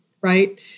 right